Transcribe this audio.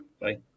Bye